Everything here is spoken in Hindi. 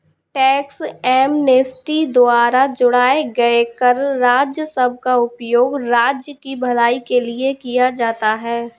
टैक्स एमनेस्टी द्वारा जुटाए गए कर राजस्व का उपयोग राज्य की भलाई के लिए किया जाता है